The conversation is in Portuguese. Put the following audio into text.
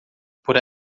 por